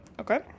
Okay